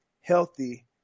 healthy